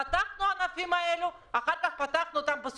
פתחנו את הענפים האלה,